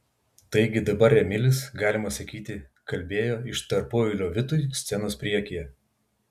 taigi dabar emilis galima sakyti kalbėjo iš tarpueilio vitui scenos priekyje